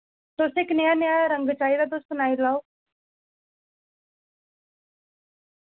तुसें कनेहा नेहा रंग चाहिदा तुस सनाई लाओ